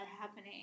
happening